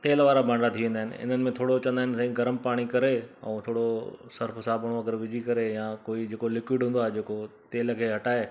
तेल वारा भांडा थी वेंदा आहिनि थोरो साईं चवंदा आहिनि गरमु पाणी करे करे ऐं थोरो सर्फ़ साबुणु विझी करे या कोई जेको लिक्विड हूंदो आहे जेको तेल खे हटाए